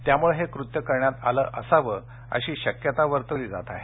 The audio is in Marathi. त्यामुळे हे कृत्य करण्यात आले असावे अशी शक्यता वर्तवली जात आहे